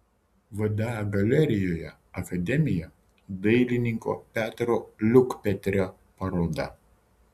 vda galerijoje akademija dailininko petro liukpetrio paroda